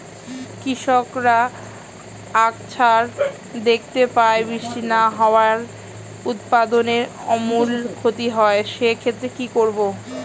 কৃষকরা আকছার দেখতে পায় বৃষ্টি না হওয়ায় উৎপাদনের আমূল ক্ষতি হয়, সে ক্ষেত্রে কি করব?